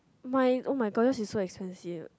my oh my god this is so expensive